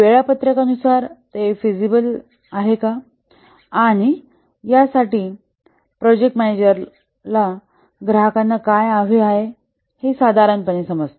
वेळापत्रकानुसार ते फिजिबल आहे आणि यासाठी प्रोजेक्ट मॅनेजरला ग्राहकांना काय हवे आहे हे साधारणपणे समजते